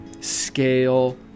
scale